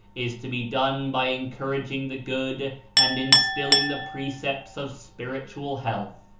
is to be done by encouraging the good and instilling the precepts of spiritual health.